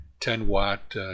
10-watt